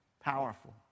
powerful